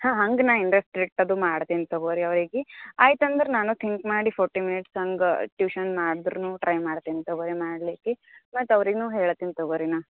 ಹಾಂ ಹಂಗೆ ನಾ ಇಂಡ ಸ್ಟ್ರಿಕ್ಟ್ ಅದು ಮಾಡ್ತೀನಿ ತಗೊಳಿ ಅವ್ರಿಗೆ ಆಯ್ತು ಅಂದ್ರೆ ನಾನೂ ಥಿಂಕ್ ಮಾಡಿ ಫೋರ್ಟಿ ಮಿನಿಟ್ಸ್ ಹಂಗೆ ಟ್ಯೂಷನ್ ಮಾಡ್ದ್ರೂ ಟ್ರೈ ಮಾಡ್ತೀನಿ ತಗೊಳಿ ಮಾಡ್ಲಿಕ್ಕೆ ಮತ್ತು ಅವ್ರಿಗೂ ಹೇಳ್ತೀನ್ ತಗೊಳಿ ನಾ